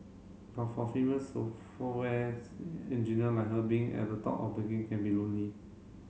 but for female engineer like her being at the top of the game can be lonely